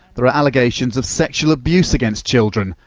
there are allegations of sexual abuse against children.